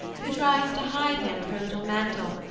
who tries to hide him with her little mantle,